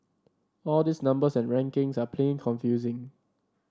all these numbers and rankings are plain confusing